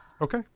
Okay